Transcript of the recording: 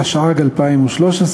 התשע"ג 2013,